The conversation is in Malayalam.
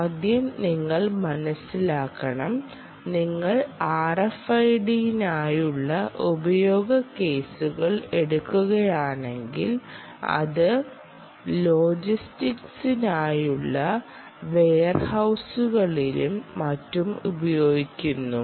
ആദ്യം നിങ്ങൾ മനസ്സിലാക്കണം നിങ്ങൾ RFID നായുള്ള ഉപയോഗ കേസുകൾ എടുക്കുകയാണെങ്കിൽ അത് ലോജിസ്റ്റിക്സിനായുള്ള വെയർ ഹൌസുകളിലും മറ്റും ഉപയോഗിക്കുന്നു